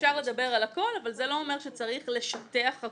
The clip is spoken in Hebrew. אפשר לדבר על הכול אבל זה לא אומר שצריך לשטח הכול.